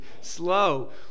slow